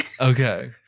Okay